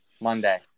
Monday